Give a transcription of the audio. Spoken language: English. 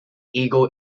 igor